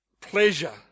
pleasure